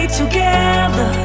together